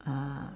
uh